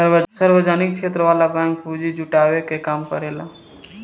सार्वजनिक क्षेत्र वाला बैंक पूंजी जुटावे के काम करेला